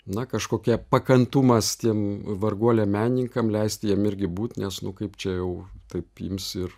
na kažkokie pakantumas tiem varguoliam menininkam leisti jiem irgi būt nes nu kaip čia jau taip ims ir